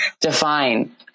define